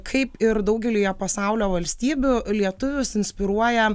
kaip ir daugelyje pasaulio valstybių lietuvius inspiruoja